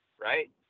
Right